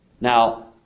Now